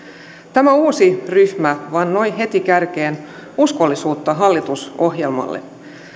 tämä uusi ryhmä vannoi heti kärkeen uskollisuutta hallitusohjelmalle